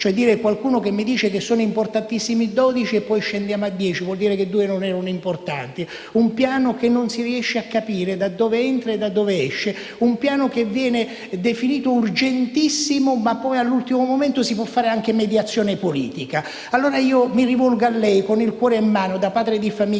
la verità: qualcuno mi dice che sono importantissimi 12 vaccini, poi scendiamo a 10 (quindi, due non erano importanti). Un piano che non si riesce a capire da dove entra e da dove esce; che viene definito urgentissimo ma poi all'ultimo momento si può fare anche mediazione politica. Mi rivolgo a lei, allora, con il cuore in mano, da padre di famiglia